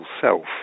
self